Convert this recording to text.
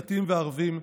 דתיים וערבים,